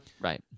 Right